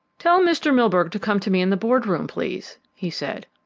tell mr. milburgh to come to me in the board-room, please, he said.